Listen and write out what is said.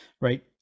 right